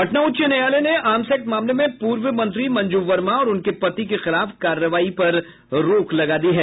पटना उच्च न्यायालय ने आर्म्स एक्ट मामले में पूर्व मंत्री मंजू वर्मा और उनके पति के खिलाफ कार्रवाई पर रोक लगा दी है